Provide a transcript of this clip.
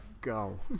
go